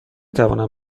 توانم